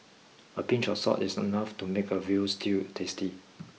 a pinch of salt is enough to make a Veal Stew tasty